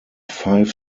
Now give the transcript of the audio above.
five